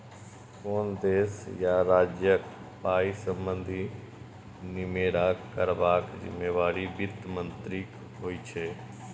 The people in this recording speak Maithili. कोनो देश या राज्यक पाइ संबंधी निमेरा करबाक जिम्मेबारी बित्त मंत्रीक होइ छै